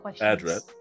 address